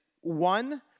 one